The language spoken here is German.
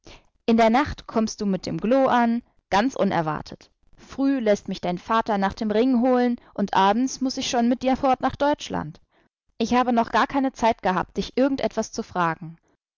in der nacht kommst du mit dem glo an ganz unerwartet früh läßt mich dein vater nach dem ring holen und abends muß ich schon mit dir fort nach deutschland ich habe noch gar keine zeit gehabt dich irgend etwas zu fragen